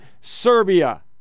Serbia